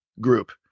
group